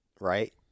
right